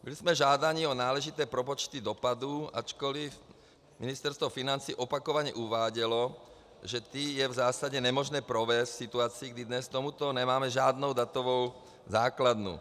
Byli jsme žádáni o náležité propočty dopadů, ačkoliv Ministerstvo financí opakovaně uvádělo, že ty je v zásadě nemožné provést v situaci, kdy dnes k tomuto nemáme žádnou datovou základnu.